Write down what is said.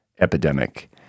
epidemic